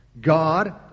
God